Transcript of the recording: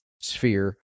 sphere